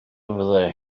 fyddai